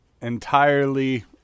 entirely